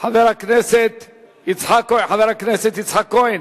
חבר הכנסת יצחק כהן.